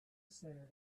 center